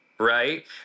right